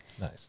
Nice